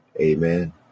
Amen